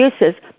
uses